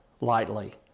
lightly